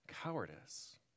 cowardice